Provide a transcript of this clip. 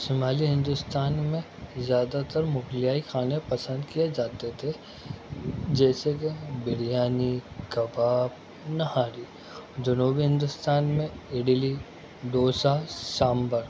شمالی ہندوستان میں زیادہ تر مغلیائی کھانے پسند کیے جاتے تھے جیسے کہ بریانی کباب نہاری جنوبی ہندوستان میں اڈلی ڈوسا سامبر